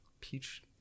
Peach